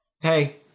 hey